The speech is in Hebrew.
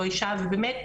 באמת,